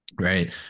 Right